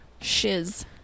shiz